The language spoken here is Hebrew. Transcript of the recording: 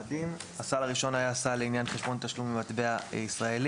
הסל הראשון היה סל לעניין חשבון תשלום במטבע ישראלי.